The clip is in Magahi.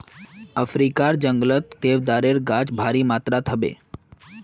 अफ्रीकार जंगलत देवदारेर गाछ भारी मात्रात ह बे